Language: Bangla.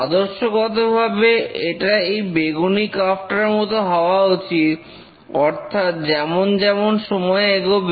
আদর্শগতভাবে এটা এই বেগুনি কার্ভ টার মত হওয়া উচিত অর্থাৎ যেমন যেমন সময় এগোবে